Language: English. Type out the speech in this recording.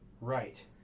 Right